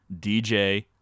DJ